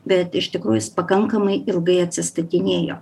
bet iš tikrųjų jis pakankamai ilgai atsistatinėjo